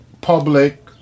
public